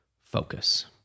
focus